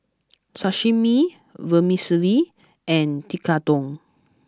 Sashimi Vermicelli and Tekkadon